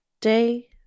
Day